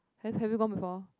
have have you gone before